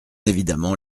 évidemment